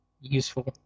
useful